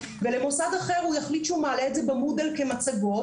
ומוסד אחר יחליט שהוא מעלה את זה במודל כמצגות,